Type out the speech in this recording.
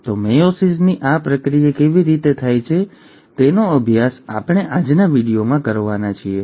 તો મેયોસિસની આ પ્રક્રિયા કેવી રીતે થાય છે તેનો અભ્યાસ આપણે આજના વીડિયોમાં કરવાના છીએ